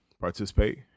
participate